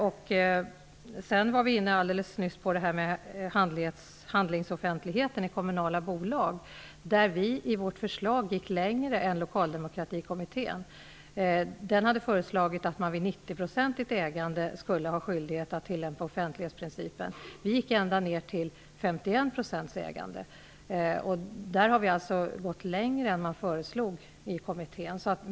Vi var inne på handlingarnas offentlighet i kommunala bolag. Vi gick i vårt förslag längre än Lokaldemokratikommittén. Den hade föreslagit att man vid 90 % ägande skulle ha skyldighet att tillämpa offentlighetsprincipen. Vi gick ända ner till 51 % ägande. Där har vi alltså gått längre än vad som föreslogs av kommittén.